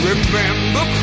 Remember